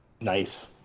Nice